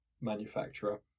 manufacturer